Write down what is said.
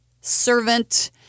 servant